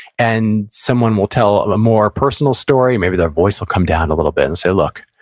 and someone will tell a more personal story. maybe their voice will come down a little bit, and say, look,